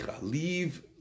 Leave